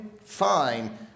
fine